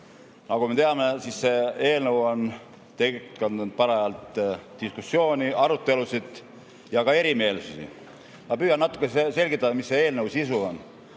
Nagu me teame, siis see eelnõu on tekitanud parajalt diskussiooni, arutelusid ja ka erimeelsusi. Ma püüan natuke selgitada, mis on eelnõu sisu.